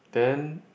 then